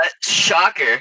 Shocker